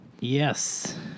Yes